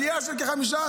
עלייה של כ-15%.